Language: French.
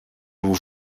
vous